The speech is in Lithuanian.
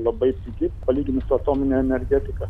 labai pigi palyginti su atomine energetika